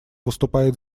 выступает